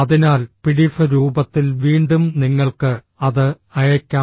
അതിനാൽ പിഡിഎഫ് രൂപത്തിൽ വീണ്ടും നിങ്ങൾക്ക് അത് അയയ്ക്കാം